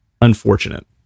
unfortunate